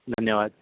धन्यवाद